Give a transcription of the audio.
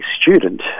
student